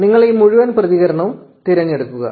നിങ്ങൾ ഈ മുഴുവൻ പ്രതികരണവും തിരഞ്ഞെടുക്കുക